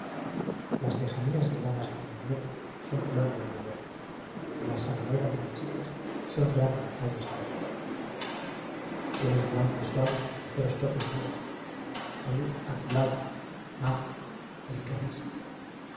las lejanías veladas por la niebla son plomo y violeta y las alamedas marchitas son grandes rayas negras el cielo es blan co y suave con ligeros toques negros la luz azulada vaga